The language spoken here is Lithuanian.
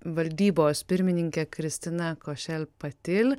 valdybos pirmininke kristina košel patil